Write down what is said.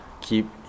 keep